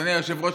אדוני היושב-ראש,